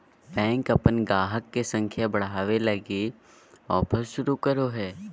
bank अपन गाहक के संख्या बढ़ावे लगी ऑफर शुरू करो हय